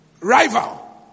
Rival